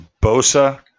Bosa